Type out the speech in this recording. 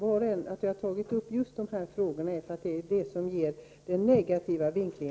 Var och en av oss har tagit upp dessa frågor just därför att de ger detta betänkande en negativ vinkling.